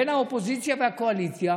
בין האופוזיציה לקואליציה,